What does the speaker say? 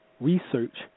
research